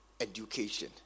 Education